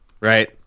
right